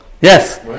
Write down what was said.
Yes